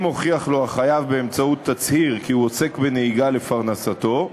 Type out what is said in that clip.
הוכיח לו החייב באמצעות תצהיר כי הוא עוסק בנהיגה לפרנסתו,